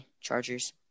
Chargers